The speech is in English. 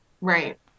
Right